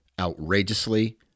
outrageously